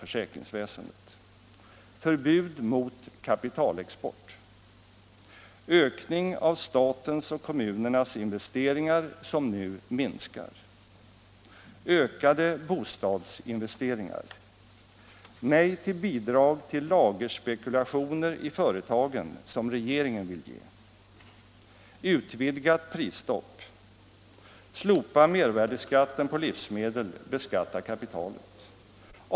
Ökning av statens och kommunernas investeringar, som nu minskar.